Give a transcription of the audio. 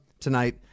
tonight